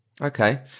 Okay